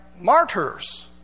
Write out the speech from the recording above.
martyrs